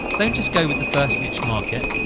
don't just go with the first niche market.